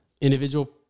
Individual